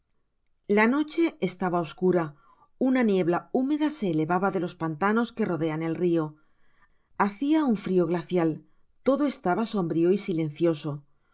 la noche estaba obscura una niebla húmeda se elevaba de los pantanos que rodean el rio hacia un frio glacial todo estaba sombrio y silencioso